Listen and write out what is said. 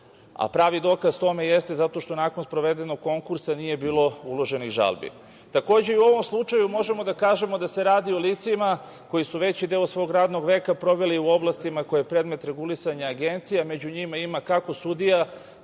a pravi dokaz tome jeste zato što nakon sprovedenog konkursa nije bilo uloženih žalbi. Takođe i u ovom slučaju možemo da kažemo da se radi o licima koji su veći deo svog radnog veka proveli u oblastima koje predmet regulisanja Agencije, među njima ima kako sudija,